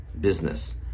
business